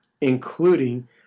including